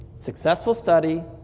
successful study,